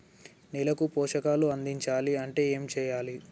నేలకు పోషకాలు అందించాలి అంటే ఏం చెయ్యాలి?